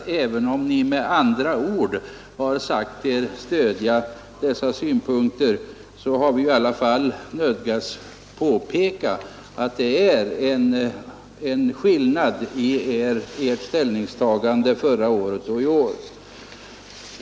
Även om ni har sagt er stödja dessa synpunkter har vi ändå nödgats påpeka att det föreligger en skillnad mellan ert ställningstagande förra året och i år.